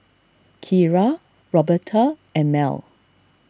Keira Roberta and Mell